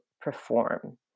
perform